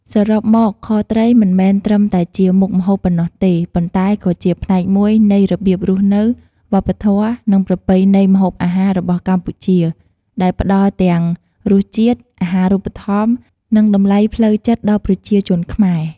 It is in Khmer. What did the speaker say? សរុបមក ខត្រីមិនមែនត្រឹមតែជាមុខម្ហូបប៉ុណ្ណោះទេ ប៉ុន្តែក៏ជាផ្នែកមួយនៃរបៀបរស់នៅ វប្បធម៌ និងប្រពៃណីម្ហូបអាហាររបស់កម្ពុជា ដែលផ្តល់ទាំងរសជាតិ អាហារូបត្ថម្ភ និងតម្លៃផ្លូវចិត្តដល់ប្រជាជនខ្មែរ។